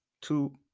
two